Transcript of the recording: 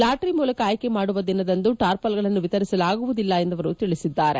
lottery ಮೂಲಕ ಆಯ್ಕೆ ಮಾಡುವ ದಿನದಂದು ಟಾರ್ಪಲ್ಗಳನ್ನು ವಿತರಿಸಲಾಗುವುದಿಲ್ಲ ಎಂದು ಅವರು ತಿಳಿಸಿದ್ದಾರೆ